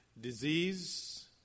disease